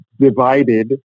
divided